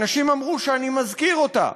אנשים אמרו שאני מזכיר אותה.